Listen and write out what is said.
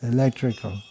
Electrical